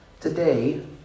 today